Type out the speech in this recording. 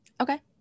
Okay